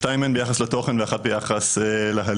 שתיים מהן ביחס לתוכן ואחת ביחס להליך.